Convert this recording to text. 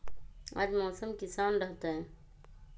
आज मौसम किसान रहतै?